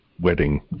wedding